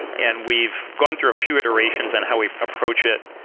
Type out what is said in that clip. and we've gone through a few iterations on how we approach it.